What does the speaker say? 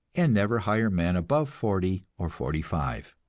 and never hire men above forty or forty-five.